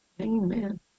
Amen